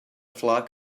flock